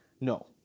no